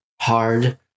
hard